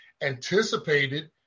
anticipated